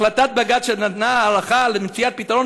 החלטת בג"ץ הנותנת ארכה למציאת פתרון,